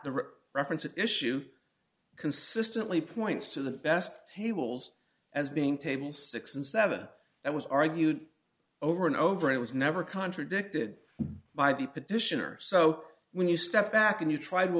the reference issue consistently points to the best tables as being table six and seven that was argued over and over it was never contradicted by the petitioner so when you step back and you try to